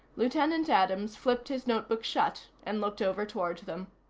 lieutenant adams flipped his notebook shut and looked over toward them.